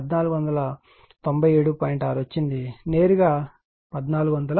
6 వచ్చింది నేరుగా 1497